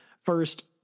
first